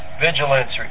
Vigilance